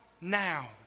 now